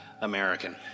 American